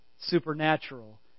supernatural